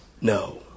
No